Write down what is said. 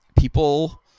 People